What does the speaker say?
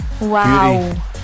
Wow